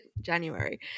January